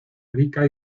rica